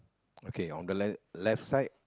okay on the left left side